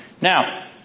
Now